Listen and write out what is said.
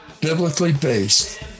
biblically-based